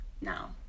now